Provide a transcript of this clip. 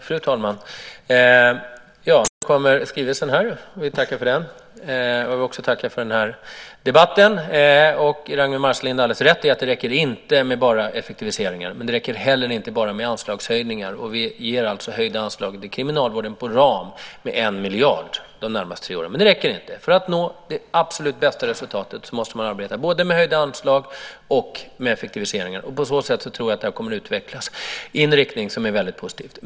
Fru talman! Vi tackar för den skrivelse som här överräcks till oss. Jag vill också tacka för den här debatten. Ragnwi Marcelind har alldeles rätt i att det inte räcker med bara effektiviseringar. Men det räcker inte heller med bara anslagshöjningar. Vi ger alltså höjda ramanslag till kriminalvården om 1 miljard kronor de närmaste tre åren, men det räcker inte. För att nå det absolut bästa resultatet måste man arbeta både med höjda anslag och med effektiviseringar. På så sätt tror jag att detta kommer att utvecklas i en väldigt positiv riktning.